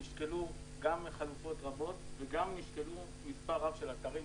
נשקלו גם חלופות רבות וגם נשקלו מספר רב של אתרים.